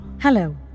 Hello